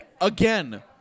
again